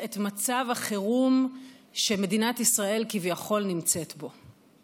את מצב החירום שמדינת ישראל כביכול נמצאת בו.